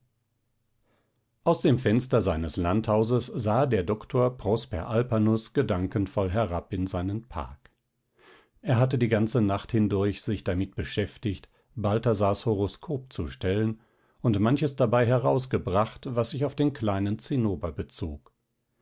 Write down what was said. aus dem fenster seines landhauses sah der doktor prosper alpanus gedankenvoll herab in seinen park er hatte die ganze nacht hindurch sich damit beschäftigt balthasars horoskop zu stellen und manches dabei herausgebracht was sich auf den kleinen zinnober bezog